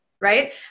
Right